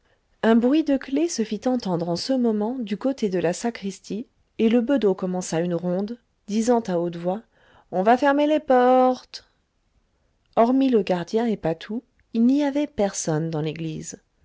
un bruit de clefs se fit entendre en ce moment du côté de la sacristie et le bedeau commença une ronde disant à haute voix on va fermer les portes hormis le gardien et patou il n'y avait personne dans l'église